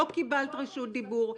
לא קיבלת רשות דיבור.